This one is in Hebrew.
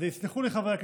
אז יסלחו לי חברי הכנסת,